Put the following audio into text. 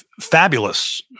fabulous